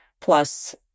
plus